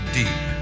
deep